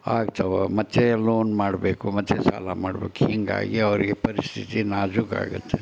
ಆಗ್ತವೆ ಮತ್ತೆ ಎಲ್ಲೋ ಒಂದು ಮಾಡಬೇಕು ಮತ್ತೆ ಸಾಲ ಮಾಡ್ಬೇಕು ಹೀಗಾಗಿ ಅವ್ರಿಗೆ ಪರಿಸ್ಥಿತಿ ನಾಜೂಕಾಗತ್ತೆ